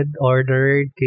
ordered